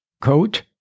coat